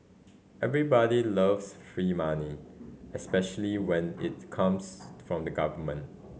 everybody loves free money especially when it comes from the government